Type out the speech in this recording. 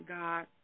God